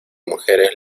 mujeres